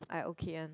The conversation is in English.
I okay one